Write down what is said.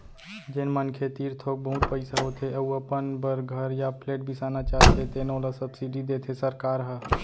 जेन मनखे तीर थोक बहुत पइसा होथे अउ अपन बर घर य फ्लेट बिसाना चाहथे तेनो ल सब्सिडी देथे सरकार ह